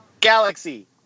Galaxy